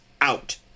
out